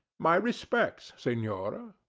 my respects, senora.